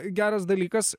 geras dalykas